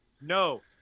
No